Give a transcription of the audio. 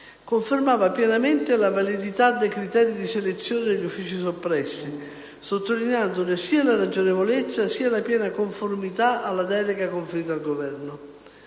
confermava pienamente la validità dei criteri di selezione degli uffici soppressi, sottolineandone sia la ragionevolezza sia la piena conformità alla delega conferita al Governo.